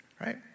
right